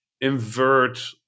invert